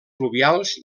fluvials